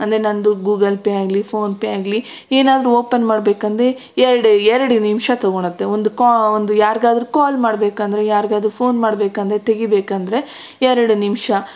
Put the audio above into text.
ಅಂದರೆ ನನ್ನದು Google Pay ಆಗಲಿ ಫೋನ್ ಪೇ ಆಗಲಿ ಏನಾದರೂ ಓಪನ್ ಮಾಡ್ಬೇಕೆಂದ್ರೆ ಎರಡೇ ಎರಡು ನಿಮಿಷ ತಗೊಳುತ್ತೆ ಒಂದು ಒಂದು ಯಾರಿಗಾದ್ರೂ ಕಾಲ್ ಮಾಡ್ಬೇಕೆಂದ್ರೆ ಯಾರಿಗಾದ್ರೂ ಫೋನ್ ಮಾಡ್ಬೇಕೆಂದರೆ ತೆಗಿಬೇಕೆಂದ್ರೆ ಎರಡು ನಿಮಿಷ